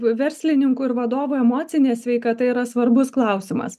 verslininkų ir vadovų emocinė sveikata yra svarbus klausimas